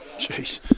jeez